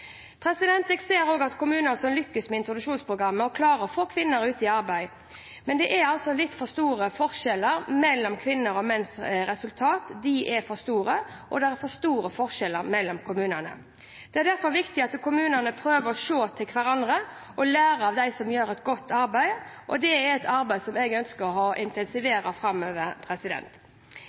Jeg ser at kommunene som lykkes med introduksjonsprogrammet, også klarer å få kvinnene ut i arbeid. Men det er for store forskjeller på kvinners og menns resultater, og det er for store forskjeller mellom kommunene. Det er derfor viktig at kommunene prøver å se til hverandre og lærer av dem som gjør et godt arbeid. Det er et arbeid som jeg ønsker å